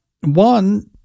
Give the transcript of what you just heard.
One